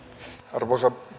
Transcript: arvoisa